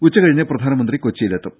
ഉച്ചകഴിഞ്ഞ് പ്രധാനമന്ത്രി കൊച്ചിയിലെത്തും